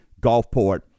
Gulfport